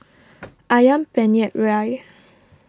Ayam Penyet Ria